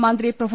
മന്ത്രി പ്രൊഫ